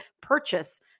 purchase